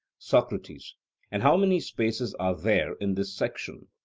socrates and how many spaces are there in this section?